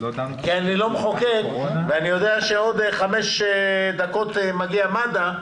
אני יודע שבעוד חמש דקות ייערך הדיון על מד"א,